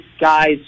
guys